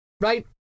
right